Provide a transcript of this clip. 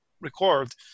record